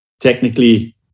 Technically